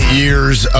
years